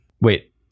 wait